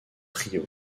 trio